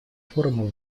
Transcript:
форумом